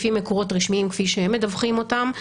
לפי מקורות רשמיים כפי שהם מדווחים אותם,